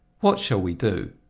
what shall we do?